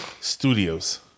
studios